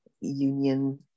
union